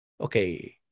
Okay